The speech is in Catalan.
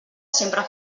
sempre